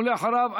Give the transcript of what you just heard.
ואחריו,